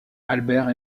albert